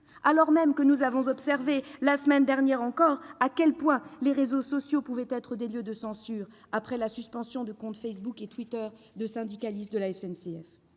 alors même que nous avons observé, la semaine dernière encore, à quel point les réseaux sociaux pouvaient être des lieux de censure, après la suspension de comptes Facebook et Twitter de syndicalistes de la SNCF.